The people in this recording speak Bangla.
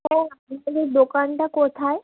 ও আপনি তাহলে দোকানটা কোথায়